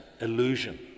illusion